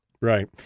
Right